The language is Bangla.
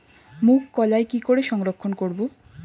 মুঘ কলাই কি করে সংরক্ষণ করব?